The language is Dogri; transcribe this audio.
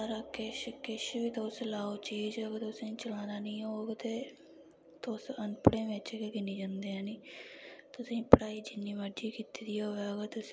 सारा किश किश बी तुस लैओ चीज़ अगर तुसें चलाना नी औग ते तुस अनपढ़े बिच्च गै गिने जंदे हैनीतुसैं पढ़ाई जिन्नी मर्जी कीती दी होऐ अगर तुसैं